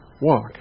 walk